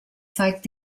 zeigt